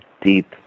deep